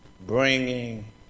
bringing